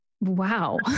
Wow